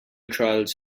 trials